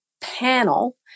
panel